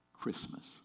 Christmas